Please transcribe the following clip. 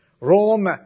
Rome